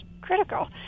critical